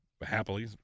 happily